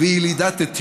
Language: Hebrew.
והיא ילידת אתיופיה,